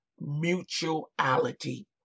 mutuality